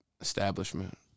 establishment